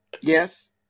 Yes